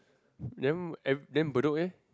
then ev~ then Bedok eh